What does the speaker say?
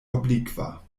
oblikva